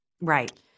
Right